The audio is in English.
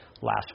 last